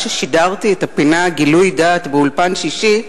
ששידרתי את הפינה "גילוי דעת" ב"אולפן שישי"